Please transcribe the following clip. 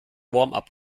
warmup